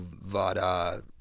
Vada